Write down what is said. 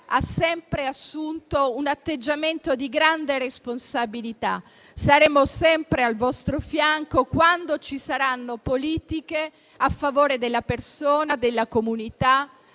ha sempre assunto un atteggiamento di grande responsabilità. Saremo sempre al vostro fianco quando ci saranno politiche sociali a favore della persona e della comunità.